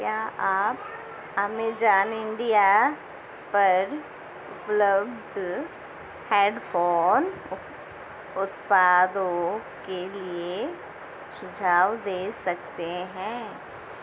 क्या आप Amazon India पर उपलब्ध हेडफ़ोन उत्पादों के लिए सुझाव दे सकते हैं